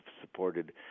supported